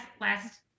last